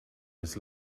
was